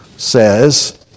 says